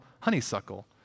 honeysuckle